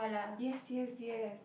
yes yes yes